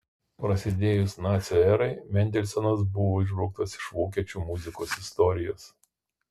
prasidėjus nacių erai mendelsonas buvo išbrauktas iš vokiečių muzikos istorijos